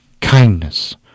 kindness